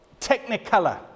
technicolor